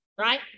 right